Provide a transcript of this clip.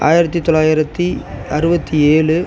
ஆயிரத்து தொள்ளாயிரத்து அறுபத்தி ஏழு